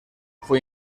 fue